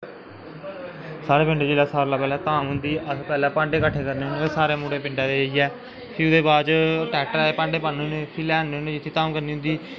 साढ़ै पिंड जिसलै धाम होंदी अस सारैं कोला दा पैह्लैं भांडे कट्ठे करने होने सारे मुड़े पिंडा दे जाइयै फ्ही ट्रैक्टरै च भांडे पान्ने होने फ्ही लेआने होने जित्थें धाम होंदी